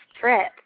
trip